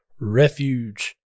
refuge